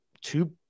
two